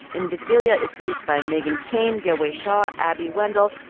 invisibilia is produced by meghan keane, yohei shaw, abby wendle.